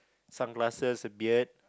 sunglasses beard